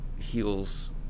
heals